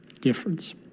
difference